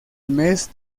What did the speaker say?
mes